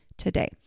today